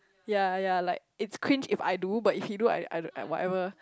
yea yea like it's cringe if I do but if you do I I like whatever